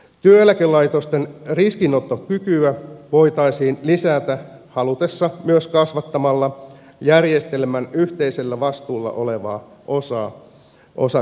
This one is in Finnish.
työeläkelaitosten riskinottokykyä voitaisiin lisätä haluttaessa myös kasvattamalla järjestelmän yhteisellä vastuulla olevaa osaa osakeriskeistä